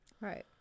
right